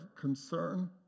concern